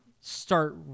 start